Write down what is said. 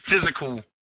physical